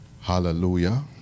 hallelujah